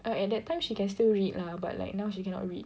at that time she can still read lah but like now she cannot read